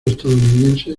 estadounidense